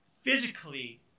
physically